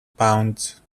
pounds